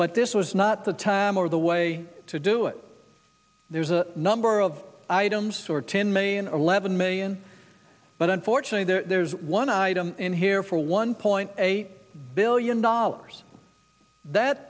but this was not the time or the way to do it there's a number of items or ten million or eleven million but unfortunately there's one item in here for one point eight billion dollars that